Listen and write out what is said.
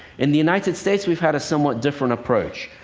in the united states we've had a somewhat different approach.